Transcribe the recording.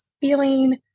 feeling